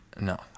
No